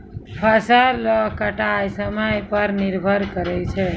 फसल रो कटाय समय पर निर्भर करै छै